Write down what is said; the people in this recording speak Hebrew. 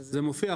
זה מופיע.